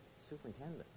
superintendent